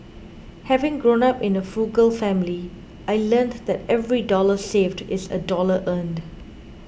having grown up in a frugal family I learnt that every dollar saved is a dollar earned